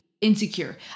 insecure